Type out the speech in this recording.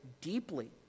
deeply